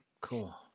Cool